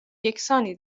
یکسانی